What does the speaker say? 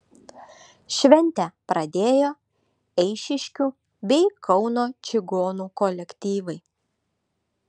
šventę pradėjo eišiškių bei kauno čigonų kolektyvai